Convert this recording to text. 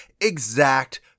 exact